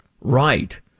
Right